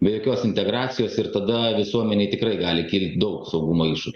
be jokios integracijos ir tada visuomenėj tikrai gali kilti daug saugumo iššūkių